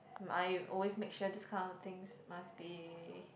I always make sure these kind of things must be